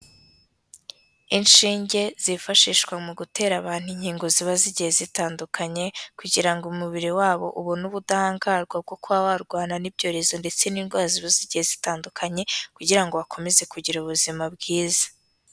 Inshinge zifashishwa mu gutera abantu inkingo ziba zigiye zitandukanye, kugira ngo umubiri wabo ubone ubudahangarwa bwo kuba warwana n'ibyorezo ndetse n'indwara ziba zigiye zitandukanye, kugira ngo bakomeze kugira ubuzima bwiza.